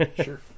Sure